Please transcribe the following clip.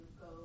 go